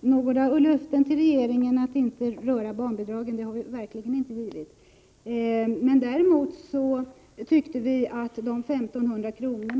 något löfte till regeringen att inte röra barnbidragen har vi verkligen inte givit. Däremot tyckte vi att de 1 500 kr.